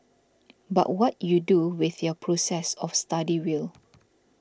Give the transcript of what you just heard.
but what you do with your process of study will